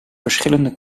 verschillende